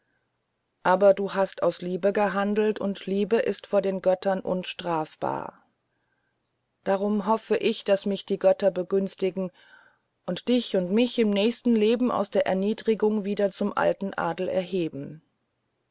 aber du hast aus liebe gehandelt und liebe ist vor den göttern unstrafbar darum hoffe ich daß mich die götter begünstigen und dich und mich im nächsten leben aus der erniedrigung wieder zum alten adel erheben